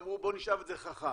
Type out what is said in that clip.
אמרו בואו נשאב את זה חכם.